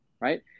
right